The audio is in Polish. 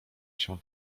się